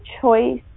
choice